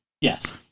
yes